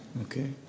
Okay